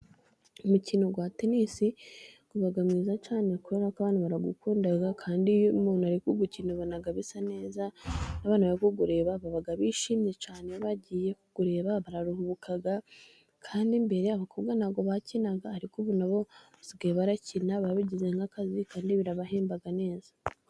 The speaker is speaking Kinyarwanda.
Umukino wa tenisi uba mwiza cyane kubera ko abantu baragukunda kandi iyo umuntu ari kuwukina ubona bisa neza n'abanawureba baba bishimye cyane, abagiye kuwureba bararuhuka, kandi mbere abakobwa ntabwo bakinaga ariko ubu nabo basigaye barakina babigize nk'akazi kandi birabahemba neza.